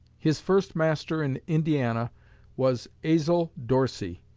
his first master in indiana was azel dorsey.